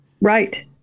Right